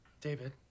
David